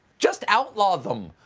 just outlaw them!